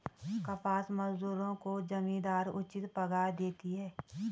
कपास मजदूरों को जमींदार उचित पगार देते हैं